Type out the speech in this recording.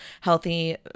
healthy